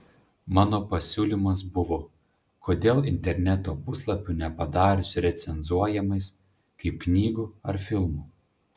mano pasiūlymas buvo kodėl interneto puslapių nepadarius recenzuojamais kaip knygų ar filmų